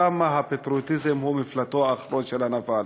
כמה הפטריוטיזם הוא מפלטו האחרון של הנבל,